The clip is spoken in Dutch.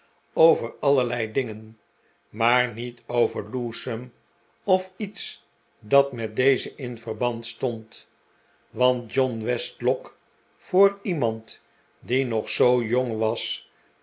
over allerlei dingen maar niet over lewsome of iets dat met dezen in verband stond want john westlock voor iemand die nog zoo jong was